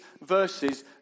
verses